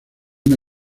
una